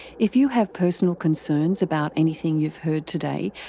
if you have personal concerns about anything you've heard today,